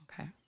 Okay